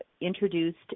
introduced